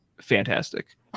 fantastic